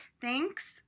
Thanks